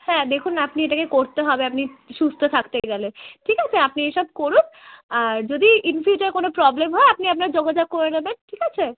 হ্যাঁ দেখুন আপনি এটাকে করতে হবে আপনি সুস্থ থাকতে গেলে ঠিক আছে আপনি এসব করুন আর যদি ইন ফিউচার কোনো প্রবলেম হয় আপনি আপনার যোগাযোগ করে নেবেন ঠিক আছে